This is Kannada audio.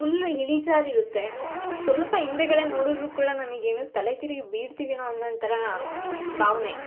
ಫುಲ್ಲು ಇಳಿಜಾರು ಇರುತ್ತೆ ಸ್ವಲ್ಪ ಹಿಂದುಗಡೆ ನೋಡಿರ್ರು ಕೂಡ ನಮಗೆ ಏನು ತಲೆ ತಿರುಗಿ ಬೀಳ್ತೀವೇನೋ ಅನ್ನೊ ಥರ ಭಾವನೆ